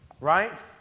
right